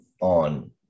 on